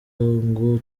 ngo